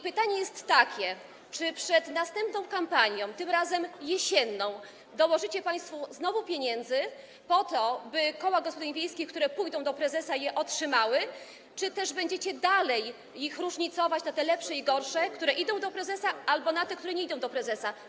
Pytanie jest takie: Czy przed następną kampanią, tym razem jesienną, znowu dołożycie państwo pieniędzy po to, by koła gospodyń wiejskich, które pójdą do prezesa, je otrzymały, czy też będziecie dalej je różnicować na te lepsze i gorsze, te, które idą do prezesa, albo te, które nie idą do prezesa?